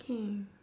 ~kay